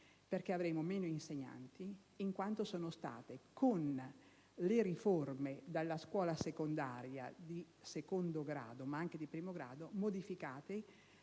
perché avremo meno insegnanti in quanto, con le riforme della scuola secondaria di secondo grado ma anche di primo grado, sono state